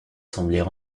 sembler